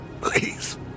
Please